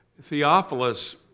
Theophilus